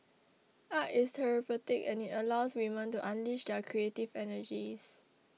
art is therapeutic and it allows women to unleash their creative energies